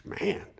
man